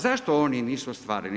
Zašto oni nisu ostvarili?